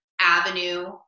avenue